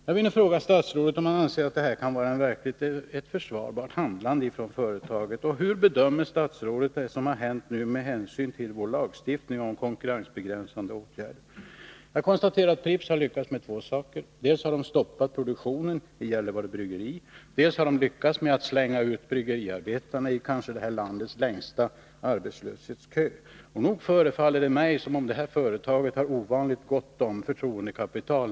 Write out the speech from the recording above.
Jag konstaterar att Pripps har lyckats med två saker: dels har man stoppat produktionen vid bryggeriet i Gällivare, dels har man slängt ut bryggeriarbetarna, som hamnat i det här landets kanske längsta arbetslöshetskö. Med tanke på att man kan agera på detta sätt förefaller det mig som om företaget i fråga har ovanligt gott om förtroendekapital.